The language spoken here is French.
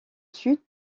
sud